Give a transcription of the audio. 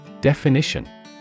Definition